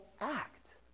act